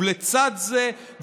ולצד זה,